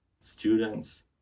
students